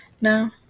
No